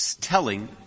telling